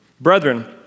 Brethren